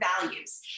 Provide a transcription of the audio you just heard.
values